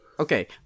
Okay